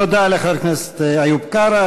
תודה לחבר הכנסת איוב קרא.